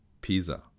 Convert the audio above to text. Pisa